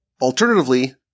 Alternatively